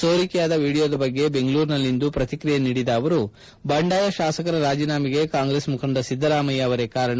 ಸೋರಿಕೆಯಾದ ವಿಡಿಯೋದ ಬಗ್ಗೆ ಬೆಂಗಳೂರಿನಲ್ಲಿಂದು ಪ್ರತಿಕ್ರಿಯೆ ನೀಡಿದ ಅವರು ಬಂಡಾಯ ಶಾಸಕರ ರಾಜೀನಾಮಗೆ ಕಾಂಗ್ರೆಸ್ ಮುಖಂಡ ಸಿದ್ದರಾಮಯ್ನ ಅವರೇ ಕಾರಣ